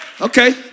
Okay